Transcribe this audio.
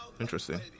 Interesting